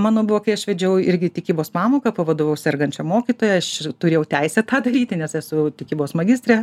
mano buvo kai aš vedžiau irgi tikybos pamoką pavadavau sergančią mokytoją aš turėjau teisę tą daryti nes esu tikybos magistrė